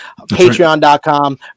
Patreon.com